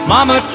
Mama